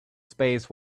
space